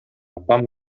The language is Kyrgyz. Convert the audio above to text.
апам